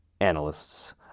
analysts